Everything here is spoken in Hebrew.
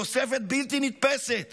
תוספת בלתי נתפסת